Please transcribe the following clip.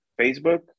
Facebook